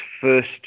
first